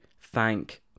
Thank